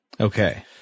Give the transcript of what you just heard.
Okay